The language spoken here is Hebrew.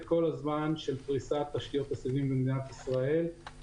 כל הזמן של פריסת תשתיות הסיבים במדינת ישראל.